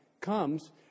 comes